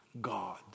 God